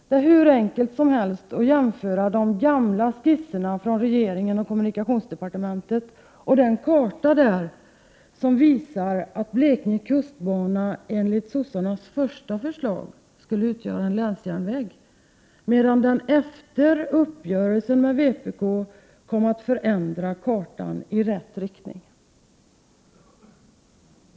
Det är hur enkelt som helst att se i de gamla skrifterna från kommunikationsdepartementet och på den karta som finns där att Blekinge kustbana enligt socialdemokraternas första förslag skulle utgöra en länsjärnväg, medan kartan kom att ändras i rätt riktning efter uppgörelsen med vpk.